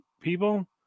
people